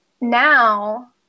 now